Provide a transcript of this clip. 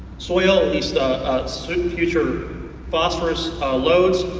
soil, at least ah sort of future phosphorous loads,